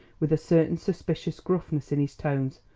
with a certain suspicious gruffness in his tones.